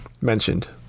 mentioned